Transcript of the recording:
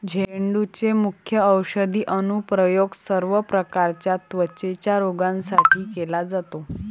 झेंडूचे मुख्य औषधी अनुप्रयोग सर्व प्रकारच्या त्वचेच्या रोगांसाठी केला जातो